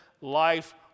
life